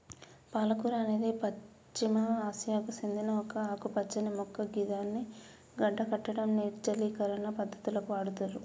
పాలకూర అనేది పశ్చిమ ఆసియాకు సేందిన ఒక ఆకుపచ్చని మొక్క గిదాన్ని గడ్డకట్టడం, నిర్జలీకరణ పద్ధతులకు వాడుతుర్రు